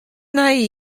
nije